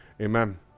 Amen